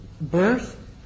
Birth